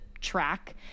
track